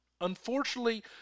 Unfortunately